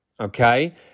okay